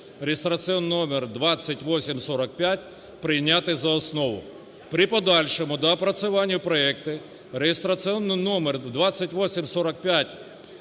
(реєстраційний номер 2845) прийняти за основу. При подальшому доопрацюванні проекту (реєстраційний номер 2845)